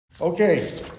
Okay